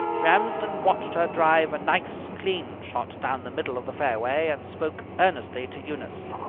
ramsden watched her drive a nice, clean shot down the middle of the fairway, and spoke earnestly to eunice.